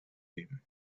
him